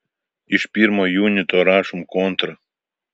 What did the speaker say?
iš pirmo junito rašom kontrą